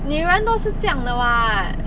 女人都是这样的 [what]